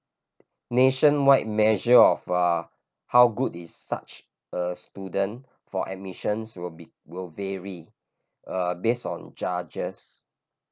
nationwide measure of uh how good is such a student for admissions will be will vary err based on judges